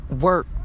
work